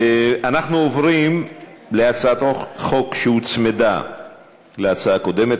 אנחנו עוברים להצעת החוק שהוצמדה להצעה הקודמת,